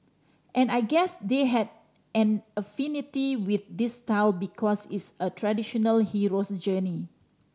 and I guess they had an affinity with this style because it's a traditional hero's journey